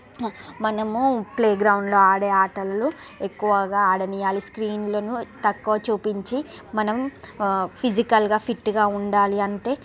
మనము ప్లే గ్రౌండ్లో ఆడే ఆటలలు ఎక్కువగా ఆడనీవ్వాలి స్క్రీన్లను తక్కువ చూపించి మనం ఫిజికల్గా ఫిట్గా ఉండాలి అంటే